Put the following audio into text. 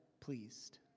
pleased